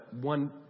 one